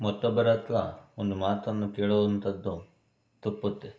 ಮತ್ತೊಬ್ಬರ ಹತ್ರ ಒಂದು ಮಾತನ್ನು ಕೇಳುವಂಥದ್ದು ತಪ್ಪುತ್ತೆ